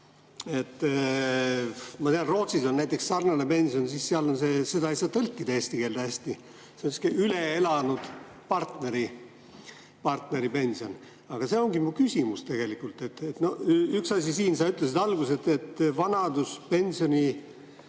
Ma tean, Rootsis on näiteks sarnane pension ja seal on see – seda ei saa tõlkida eesti keelde hästi – "üle elanud partneri pension". Aga see ongi mu küsimus tegelikult. Üks asi on see. Sa ütlesid alguses, et vanaduspensioni